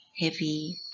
heavy